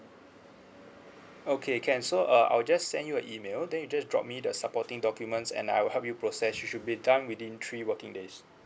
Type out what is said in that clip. okay can so uh I'll just send you an email then you just drop me the supporting documents and I'll help you process it should be done within three working days